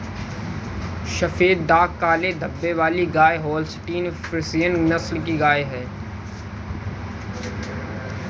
सफेद दाग काले धब्बे वाली गाय होल्सटीन फ्रिसियन नस्ल की गाय हैं